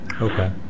Okay